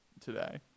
today